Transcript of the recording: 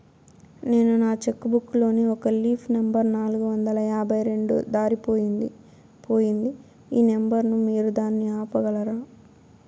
నేను నా cheque book లోని ఒక లీఫ్ నెంబర్ నాలుగు వందల యాభై రెండు దారిపొయింది పోయింది ఈ నెంబర్ ను మీరు దాన్ని ఆపగలరా?